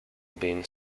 been